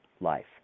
life